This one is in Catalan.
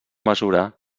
mesura